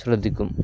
ശ്രദ്ധിക്കും